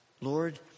Lord